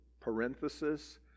parenthesis